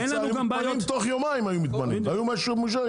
היו מתמנים תוך יומיים היו מתמנים והיו מאושרים,